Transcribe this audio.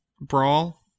brawl